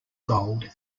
gold